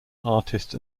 artist